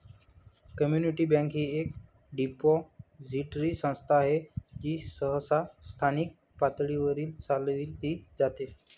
community bank ही एक depository संस्था आहे जी सहसा स्थानिक पातळीवर चालविली जाते